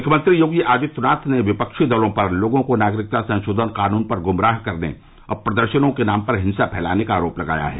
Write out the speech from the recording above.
मुख्यमंत्री योगी आदित्यनाथ ने विफ्की दलों पर लोगों को नगरिता संशोधन कानून पर गुमराह करने और प्रदर्शनों के नाम पर हिंसा फैलाने का आरोप लगाया है